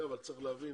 אבל צריך להבין